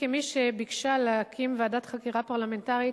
כמי שביקשה להקים ועדת חקירה פרלמנטרית,